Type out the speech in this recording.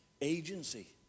agency